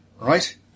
Right